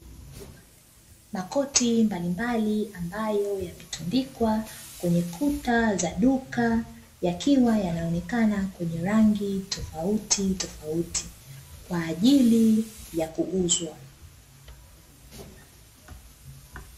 Makoti mbalimbali ambayo yametundikwa kwenye kuta za duka yakuwa, yanaonekana kwenye rangi tofautitofauti kwa ajili ya kuuzwa.